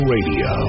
Radio